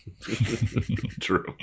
True